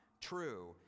true